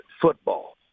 football